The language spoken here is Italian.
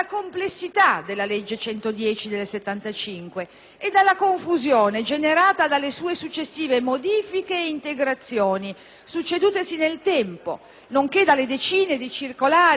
e dalla confusione generata dalle sue successive modifiche e integrazioni, succedutesi nel tempo, nonché dalle decine di circolari interpretative emanate dal Ministero dell'interno.